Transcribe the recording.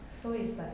so it's like